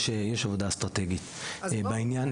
יש עבודה אסטרטגית בעניין.